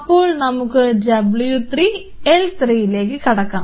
അപ്പോൾ നമുക്ക് w3 L3 ലേക്ക് കടക്കാം